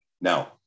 Now